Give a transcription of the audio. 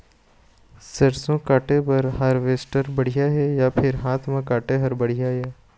सरसों काटे बर हारवेस्टर बढ़िया हे या फिर हाथ म काटे हर बढ़िया ये?